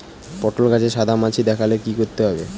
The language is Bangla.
পটলে গাছে সাদা মাছি দেখালে কি করতে হবে?